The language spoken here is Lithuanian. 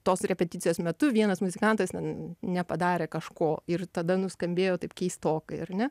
tos repeticijos metu vienas muzikantas ten nepadarė kažko ir tada nuskambėjo taip keistokai ar ne